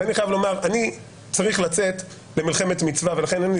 ואני צריך לצאת למלחמת מצווה לכן אין לי